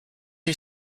are